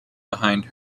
behind